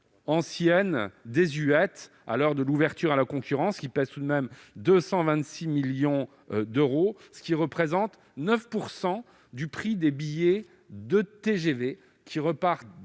anciennes et désuètes à l'heure de l'ouverture à la concurrence, pèsent tout de même 226 millions d'euros, soit 9 % du prix des billets de TGV qui repartent